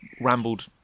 rambled